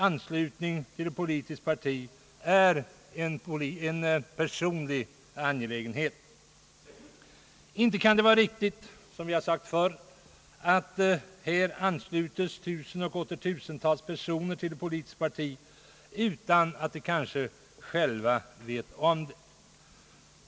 Anslutning till ett politiskt parti är ju en personlig angelägenhet. Inte kan det vara riktigt — som vi här sagt förr — att tusentals och åter tusentals personer anslutes till ett politiskt parti utan att de kanske själva vet om detta.